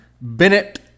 Bennett